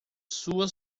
sua